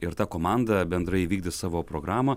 ir ta komanda bendrai įvykdys savo programą